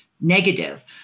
negative